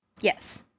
Yes